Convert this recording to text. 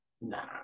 Nah